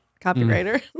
copywriter